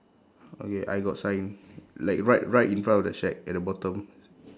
okay I got sign like right right in front of the shack at the bottom